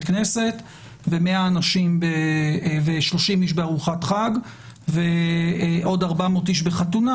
כנסת ו-30 איש בארוחת חג ועוד 400 איש בחתונה,